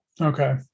Okay